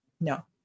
No